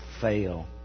fail